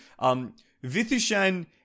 Vithushan